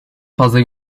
fazla